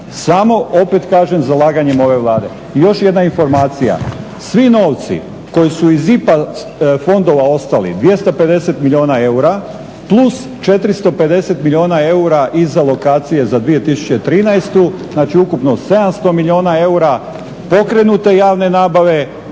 samo opet kažem zalaganjem ove Vlade. I još jedna informacija, svi novci koji su iz IPA fondova ostali 250 milijuna eura plus 450 milijuna eura i za lokacije za 2013., znači ukupno 700 milijuna eura pokrenute javne nabave